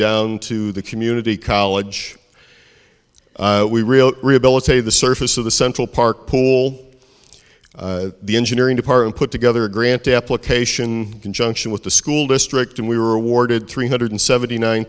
down to the community college we really rehabilitate the surface of the central park pool the engineering department put together a grant application conjunction with the school district and we were awarded three hundred seventy nine